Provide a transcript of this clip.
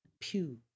Pew